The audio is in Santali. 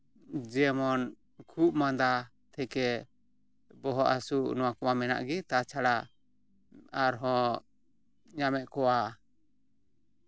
ᱡᱮᱢᱚᱱ ᱠᱷᱩᱜ ᱢᱟᱫᱟ ᱛᱷᱮᱠᱮ ᱵᱚᱦᱚᱜ ᱦᱟᱹᱥᱩ ᱱᱚᱣᱟ ᱠᱚᱢᱟ ᱢᱮᱱᱟᱜ ᱜᱮ ᱛᱟᱪᱷᱟᱲᱟ ᱟᱨᱦᱚᱸ ᱧᱟᱢᱮᱫ ᱠᱚᱣᱟ